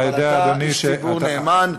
אבל אתה איש ציבור נאמן,